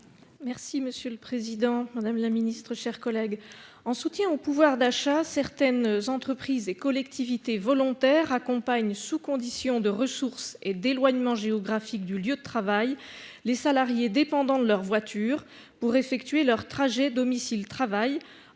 : La parole est à Mme Sylvie Vermeillet. En soutien au pouvoir d'achat, certaines entreprises et collectivités volontaires accompagnent, sous conditions de ressources et d'éloignement géographique du lieu de travail, les salariés dépendants de leur voiture pour effectuer leur trajet domicile-travail